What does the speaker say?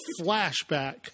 flashback